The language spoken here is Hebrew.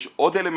יש עוד אלמנטים.